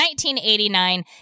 1989